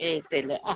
ഏയ്ത്തിൽ ആ